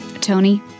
Tony